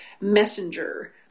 messenger